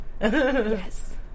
Yes